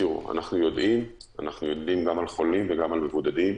אנחנו יודעים גם על חולים וגם על מבודדים.